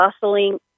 bustling